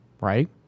right